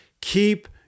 keep